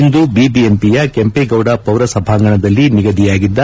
ಇಂದು ಬಿಬಿಎಂಪಿಯ ಕೆಂಪೇಗೌಡ ಪೌರ ಸಭಾಂಗಣದಲ್ಲಿ ನಿಗದಿಯಾಗಿತ್ತು